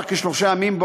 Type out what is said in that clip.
ארך כשלושה ימים,